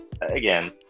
again